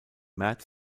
märz